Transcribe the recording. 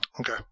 Okay